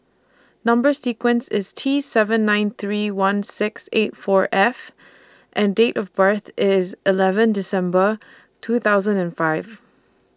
Number sequence IS T seven nine three one six eight four F and Date of birth IS eleven December two thousand and five